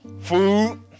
food